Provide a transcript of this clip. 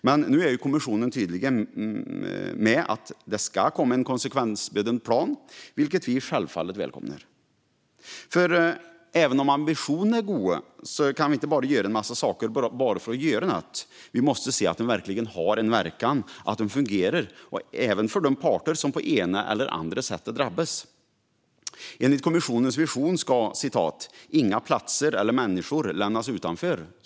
Men nu är ju kommissionen tydlig med att det ska komma en konsekvensbedömd plan. Det välkomnar vi självfallet, för även om ambitionerna är goda kan vi inte göra en massa saker bara för att göra något. Vi måste se att de verkligen har en verkan och att de fungerar, även för de parter som på det ena eller andra sättet drabbas. Enligt kommissionens vision ska "inga platser eller människor lämnas utanför".